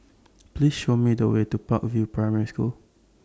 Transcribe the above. Please Show Me The Way to Park View Primary School